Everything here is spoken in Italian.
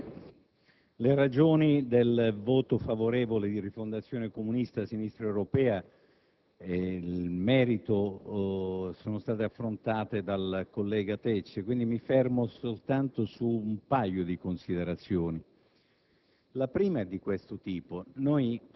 Signor Presidente, le ragioni del voto favorevole di Rifondazione Comunista-Sinistra Europea in merito sono state esposte dal collega Tecce, quindi mi soffermo soltanto su alcune considerazioni.